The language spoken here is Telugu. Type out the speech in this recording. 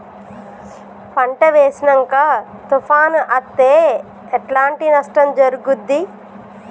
పంట వేసినంక తుఫాను అత్తే ఎట్లాంటి నష్టం జరుగుద్ది?